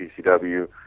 PCW